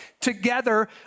together